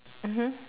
mmhmm